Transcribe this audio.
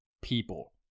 people